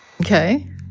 Okay